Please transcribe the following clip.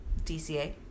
DCA